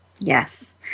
Yes